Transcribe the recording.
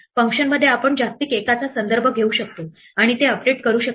फंक्शनमध्ये आपण जागतिक एकाचा संदर्भ घेऊ शकतो आणि ते अपडेट करू शकतो